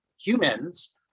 humans